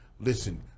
listen